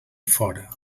fora